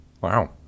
Wow